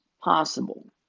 possible